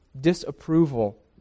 disapproval